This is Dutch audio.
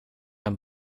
een